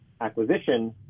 acquisition